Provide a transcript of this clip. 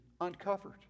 uncovered